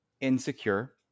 insecure